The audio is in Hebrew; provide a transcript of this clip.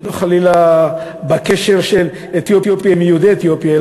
לא חלילה בקשר של אתיופיה עם יהודי אתיופיה,